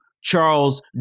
Charles